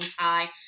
tie